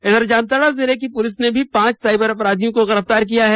इधर जामताड़ा जिले की पुलिस ने पांच साइबर अपराधियों को गिरफ़तार किया है